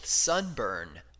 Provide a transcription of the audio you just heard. Sunburn